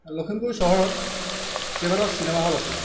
লখিমপুৰ চহৰত কেইবাটাও চিনেমা হ'ল আছিল